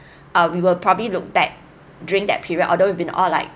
err we will probably look back during that period although we've been all like